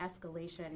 escalation